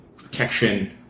protection